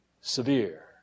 severe